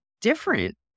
different